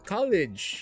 College